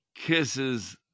Kisses